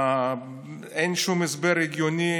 אין שום הסבר הגיוני,